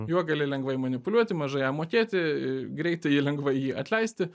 juo gali lengvai manipuliuoti mažai jam mokėti greitai ir lengvai jį atleisti